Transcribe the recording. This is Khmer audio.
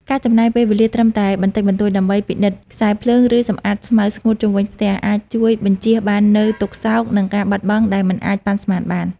ការចំណាយពេលវេលាត្រឹមតែបន្តិចបន្តួចដើម្បីពិនិត្យខ្សែភ្លើង ឬសម្អាតស្មៅស្ងួតជុំវិញផ្ទះ អាចជួយបញ្ជៀសបាននូវទុក្ខសោក និងការបាត់បង់ដែលមិនអាចប៉ាន់ស្មានបាន។